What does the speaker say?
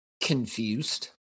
Confused